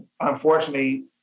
unfortunately